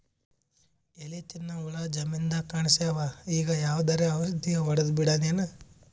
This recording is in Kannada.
ಎಲಿ ತಿನ್ನ ಹುಳ ಜಮೀನದಾಗ ಕಾಣಸ್ಯಾವ, ಈಗ ಯಾವದರೆ ಔಷಧಿ ಹೋಡದಬಿಡಮೇನ?